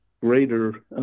greater